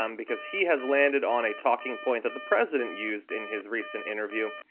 um because he has landed on a talking point that the president used in his recent interview.